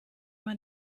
man